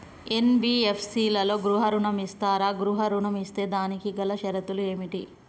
NBFC లలో గృహ ఋణం ఇస్తరా? గృహ ఋణం ఇస్తే దానికి గల షరతులు ఏమిటి?